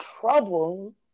trouble